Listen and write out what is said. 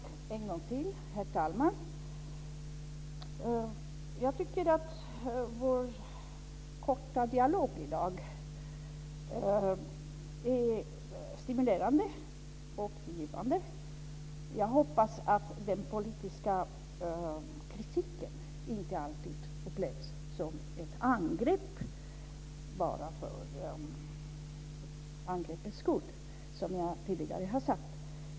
Herr talman! Jag tycker att vår korta dialog i dag är stimulerande och givande. Jag hoppas att den politiska kritiken inte alltid upplevs som ett angrepp bara för angreppets skull, som jag tidigare har sagt.